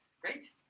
Great